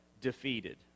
defeated